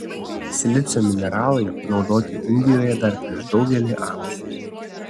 silicio mineralai naudoti indijoje dar prieš daugelį amžių